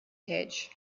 hedge